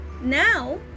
now